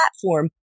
platform